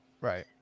Right